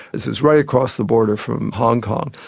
this is right across the border from hong kong.